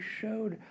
showed